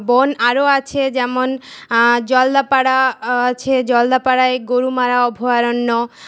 বন আরও আছে যেমন জলদাপাড়া আছে জলদাপাড়ায় গরুমারা অভয়ারণ্য